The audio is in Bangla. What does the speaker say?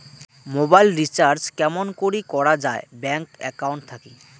মোবাইল রিচার্জ কেমন করি করা যায় ব্যাংক একাউন্ট থাকি?